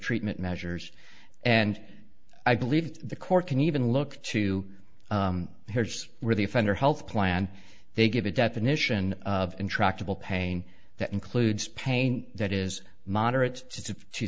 treatment measures and i believe the court can even look to here's where the offender health plan they give a definition of intractable pain that includes pain that is moderate to